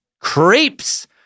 Creeps